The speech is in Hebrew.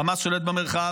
חמאס שולט במרחב.